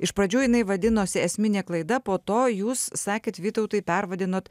iš pradžių jinai vadinosi esminė klaida po to jūs sakėt vytautai pervadinot